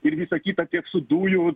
ir visa kita tiek su dujų